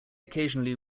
occasionally